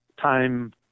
time